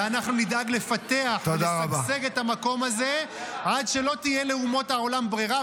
ואנחנו נדאג לפתח ולשגשג את המקום הזה עד שלא תהיה לאומות העולם ברירה,